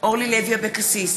אורלי לוי אבקסיס,